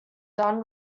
done